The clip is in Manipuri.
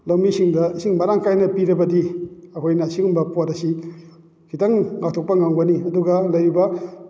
ꯂꯧꯃꯤꯁꯤꯡꯗ ꯏꯁꯤꯡ ꯃꯔꯥꯡ ꯀꯥꯏꯅ ꯄꯤꯔꯕꯗꯤ ꯑꯩꯈꯣꯏꯅ ꯑꯁꯤꯒꯨꯝꯕ ꯄꯣꯠ ꯑꯁꯤ ꯈꯤꯇꯪ ꯉꯥꯛꯊꯣꯛꯄ ꯉꯝꯒꯅꯤ ꯑꯗꯨꯒ ꯂꯩꯔꯤꯕ